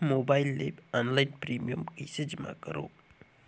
Mobile ले online premium कइसे जमा करों?